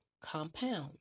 compound